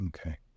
Okay